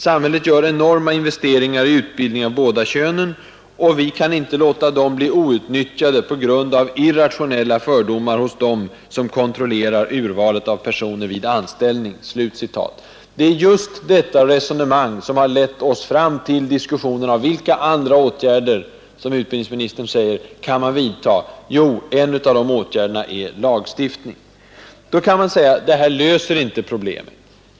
Samhället gör enorma investeringar i utbildning av båda könen, och vi kan inte låta dem bli outnyttjade på grund av irrationella fördomar hos dem som kontrollerar urvalet av personer vid anställning.” Det är just detta resonemang som har lett oss fram till diskussionen om vilka andra åtgärder man kan vidta. En av de åtgärderna är lagstiftning. Man kan invända att detta löser inte problemen.